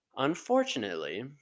Unfortunately